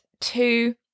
two